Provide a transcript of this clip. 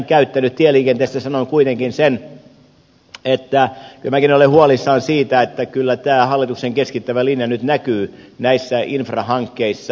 tieliikenteestä sanon kuitenkin sen että minäkin olen huolissani siitä että kyllä tämä hallituksen keskittävä linja nyt näkyy näissä infrahankkeissa